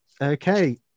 Okay